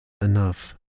enough